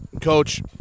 Coach